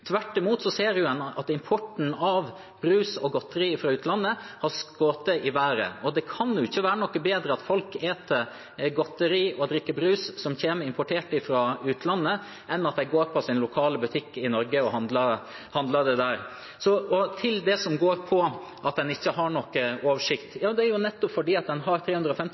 Tvert imot ser en at importen av brus og godteri fra utlandet har skutt i været. Det kan ikke være noe bedre at folk spiser godteri og drikker brus som er importert fra utlandet, enn at de går til sin lokale butikk i Norge og handler der. Når det gjelder det at en ikke har noen oversikt: Det er nettopp fordi en har